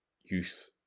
youth